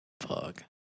Fuck